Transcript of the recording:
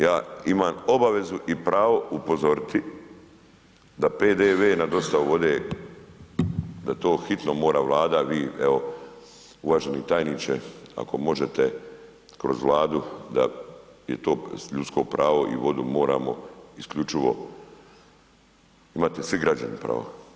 Ja imam obavezu i pravo upozoriti da PDV na dostavu vode, da to hitno mora Vlada a vi evo uvaženi tajniče ako možete kroz Vladu da je to ljudsko pravo i vodu moramo isključivo imati svi građani pravo.